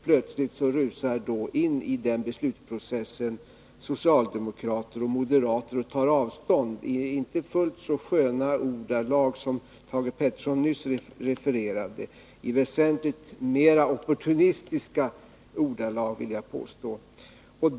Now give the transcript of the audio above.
Plötsligt rusar då socialdemo Torsdagen den krater och moderater in i beslutsprocessen och tar avstånd från förslaget, i 25 februari 1982 inte fullt så sköna ordalag som Thage Peterson nyss refererade — i väsentligt mer opportunistiska ordalag, vill jag påstå.